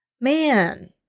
man